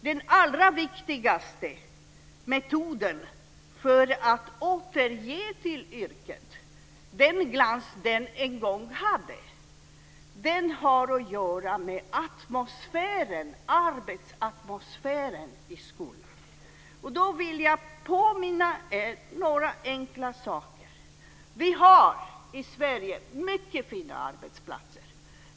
Den allra viktigaste metoden för att återge yrket den glans det en gång hade har att göra med arbetsatmosfären i skolan. Då vill jag påminna er om några enkla saker. Vi har i Sverige mycket fina arbetsplatser.